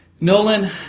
Nolan